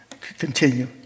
Continue